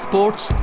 Sports